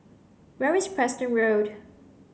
where is Preston Road